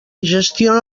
gestiona